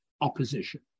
opposition